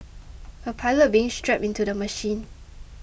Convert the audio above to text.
a pilot being strapped into the machine